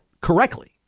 correctly